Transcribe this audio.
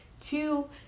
two